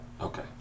Okay